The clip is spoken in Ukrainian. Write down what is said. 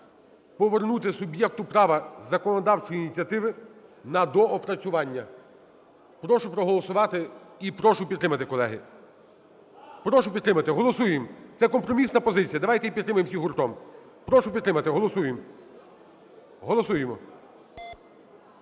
повернути суб'єкту права законодавчої ініціативи на доопрацювання. Прошу проголосувати і прошу підтримати, колеги. Прошу підтримати. Голосуємо! Це – компромісна позиція, давайте її підтримаємо всі гуртом. Прошу підтримати. Голосуємо!